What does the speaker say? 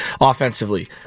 offensively